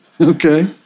okay